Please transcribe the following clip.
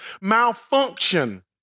malfunction